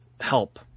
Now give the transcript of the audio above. help